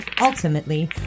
ultimately